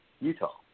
Utah